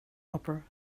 upper